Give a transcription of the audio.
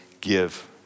give